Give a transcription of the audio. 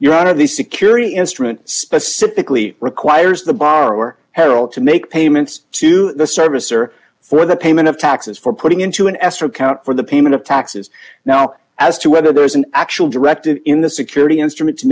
your out of the security instrument specifically requires the borrower harel to make payments to the service or for the payment of taxes for putting into an escrow account for the payment of taxes now as to whether there is an actual directive in the security instrument to